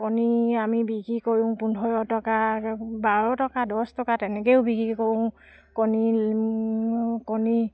কণী আমি বিক্ৰী কৰোঁ পোন্ধৰ টকাকৈ বাৰ টকা দহ টকা তেনেকৈও বিক্ৰী কৰোঁ কণী